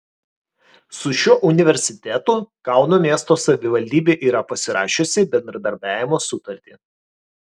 su šiuo universitetu kauno miesto savivaldybė yra pasirašiusi bendradarbiavimo sutartį